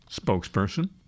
spokesperson